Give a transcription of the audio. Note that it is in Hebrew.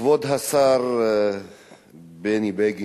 כבוד השר בני בגין,